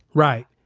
right.